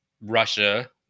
russia